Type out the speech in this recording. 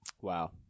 Wow